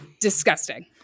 disgusting